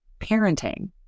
parenting